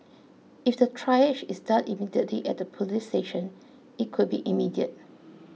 if the triage is done immediately at the police station it could be immediate